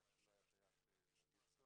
כך שלא היה אפשר להפגיש אותו.